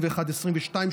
2022-2021,